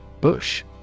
Bush